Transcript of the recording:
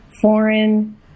foreign